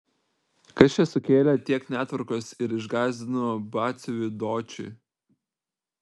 kas čia sukėlė tiek netvarkos ir išgąsdino batsiuvį dočį